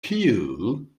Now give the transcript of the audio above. queue